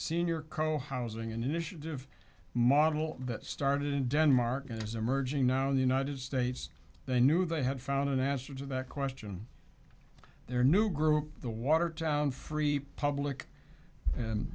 senior co housing an initiative model that started in denmark and is emerging now in the united states they knew they had found a master to that question their new group the watertown free public and